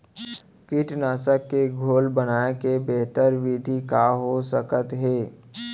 कीटनाशक के घोल बनाए के बेहतर विधि का हो सकत हे?